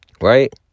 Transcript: right